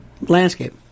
landscape